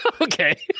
Okay